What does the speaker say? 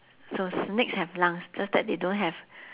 so snakes have lungs just that they don't have